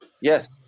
Yes